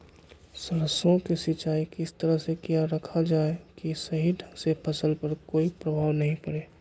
सरसों के सिंचाई किस तरह से किया रखा जाए कि सही ढंग से फसल पर कोई प्रभाव नहीं पड़े?